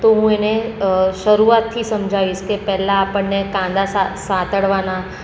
તો હું એને શરૂઆતથી સમજાવીશ કે પહેલાં આપણને કાંદા સાંતળવાના